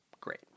Great